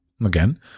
Again